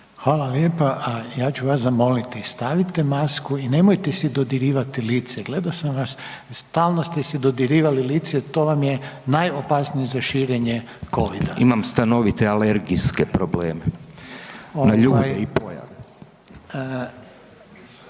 Hvala lijepa. Ja ću vas zamoliti, stavite masku i nemojte si dodirivati lice. Gledao sam vas, stalno ste si dodirivali lice, to vam je najopasnije za širenje covid-a. **Hasanbegović, Zlatko (Blok za